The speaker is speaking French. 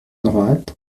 droite